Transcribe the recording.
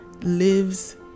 lives